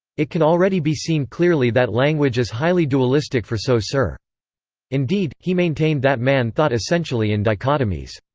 it can already be seen clearly that language is highly dualistic for so saussure. indeed, he maintained that man thought essentially in dichotomies.